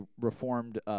reformed